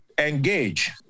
engage